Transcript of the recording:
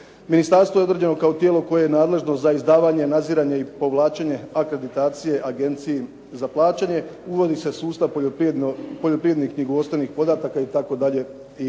Ministarstvo je određeno kao tijelo koje je nadležno za izdavanje, nadziranje i povlačenje akreditacije Agenciji za plaćanje. Uvodi se sustav poljoprivrednih knjigovodstvenih podataka itd. Na